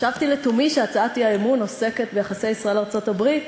חשבתי לתומי שהצעת האי-אמון עוסקת ביחסי ישראל ארצות-הברית,